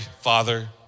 father